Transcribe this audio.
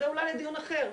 זה אולי לדיון אחר,